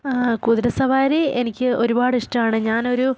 കുതിരസവാരി എനിക്ക് ഒരുപാട് ഇഷ്ടമാണ് ഞാനൊരു